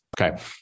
Okay